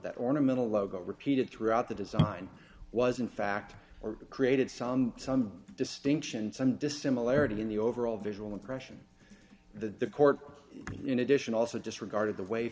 that ornamental logo repeated throughout the design was in fact or created some some distinction some dissimilarities in the overall visual impression that the court in addition also disregarded the way